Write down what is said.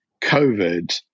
COVID